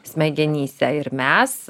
smegenyse ir mes